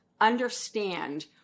understand